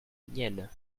mienne